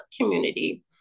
community